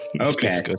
Okay